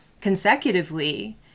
consecutively